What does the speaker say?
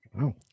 Wow